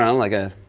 um like a